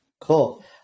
Cool